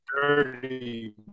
dirty